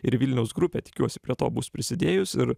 ir vilniaus grupė tikiuosi prie to bus prisidėjus ir